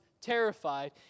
terrified